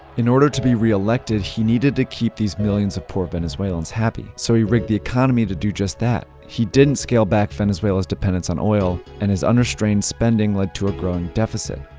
in order to be re-elected, he needed to keep millions of poor venezuelans happy. so he rigged the economy to do just that. he didn't scale back venezuela's dependence on oil and his unrestrained spending led to a growing deficit.